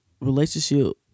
relationship